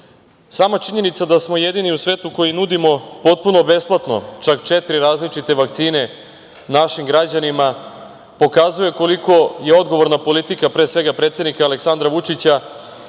činjenica da smo jedini u svetu koji nudimo potpuno besplatno, čak četiri različite vakcine našim građanima, pokazuje koliko je odgovorna politika pre svega predsednika Aleksandra Vučića